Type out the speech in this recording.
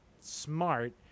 smart